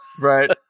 right